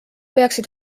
peaksid